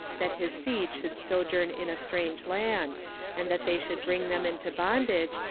that his seed should sojourn in a strange land and that they should bring them into bondage,